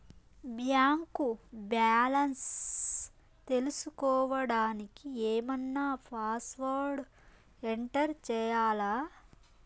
Bank balance తెలుసుకోవడానికి ఏమన్నా password enter చేయాలా?